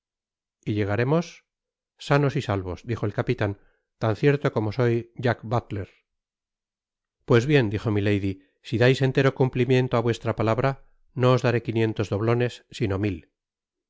y llegaremos sanos y salvos dijo el capitan tan cierto como soy jack buttler pues bien dijo milady si dais entero cumplimiento á vuestra palabra no os daré quinientos doblones sino mil